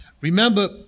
Remember